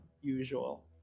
usual